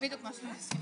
זה בדיוק מה שהם עושים.